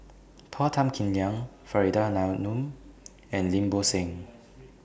Paul Tan Kim Liang Faridah Hanum and Lim Bo Seng